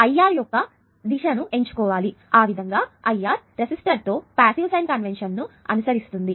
IR యొక్క direction ను ఎంచుకోవాలి ఆ విధంగా IR రెసిస్టర్ తో పాసివ్ సైన్ కన్వెన్షన్ ను అనుసరిస్తుంది